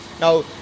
now